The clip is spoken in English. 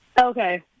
Okay